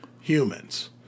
humans